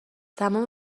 تمام